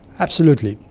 absolutely.